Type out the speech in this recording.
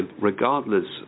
regardless